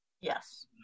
Yes